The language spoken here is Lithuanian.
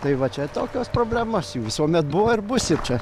tai va čia tokios problemos jų visuomet buvo ir bus ir čia